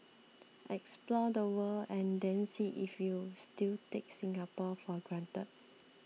explore the world and then see if you still take Singapore for granted